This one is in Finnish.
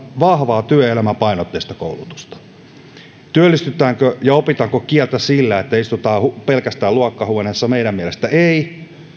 vahvaa työelämäpainotteista koulutusta työllistytäänkö ja opitaanko kieltä sillä että istutaan pelkästään luokkahuoneessa meidän mielestämme ei